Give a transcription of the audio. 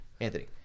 Anthony